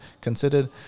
considered